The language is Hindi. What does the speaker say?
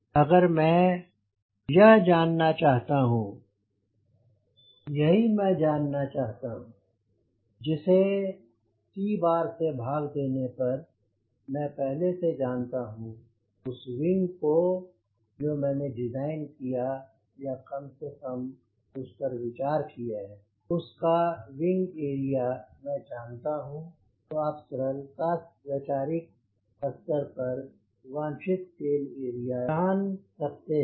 अगर मैं शत जानना चाहता हूँ यही मई जानना चाहता हूँ जिसे c bar से भाग देने पर मैं पहले से जनता हूँ उस विंग को जो मैंने डिज़ाइन किया या कम से कम उस पर विचार किया है उसका विंग एरिया मैं जनता हूँ तो आप सरलता वैचारिक स्तर पर वांछित टेल एरिया जान सकते हैं